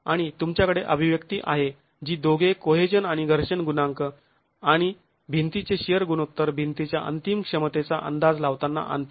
आणि तुमच्याकडे अभिव्यक्ती आहे जी दोघे कोहेजन आणि घर्षण गुणांक आणि भिंतीचे शिअर गुणोत्तर भिंतीच्या अंतिम क्षमतेचा अंदाज लावताना आणते